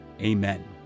amen